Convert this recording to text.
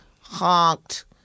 honked